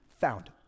found